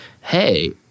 hey